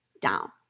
down